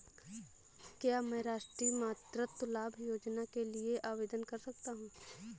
क्या मैं राष्ट्रीय मातृत्व लाभ योजना के लिए आवेदन कर सकता हूँ?